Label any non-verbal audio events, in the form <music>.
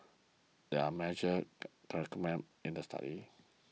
here are the majors <unintelligible> in the study